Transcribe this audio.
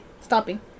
stopping